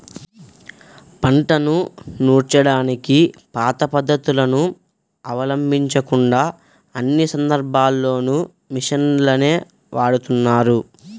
పంటను నూర్చడానికి పాత పద్ధతులను అవలంబించకుండా అన్ని సందర్భాల్లోనూ మిషన్లనే వాడుతున్నారు